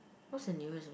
what's the nearest one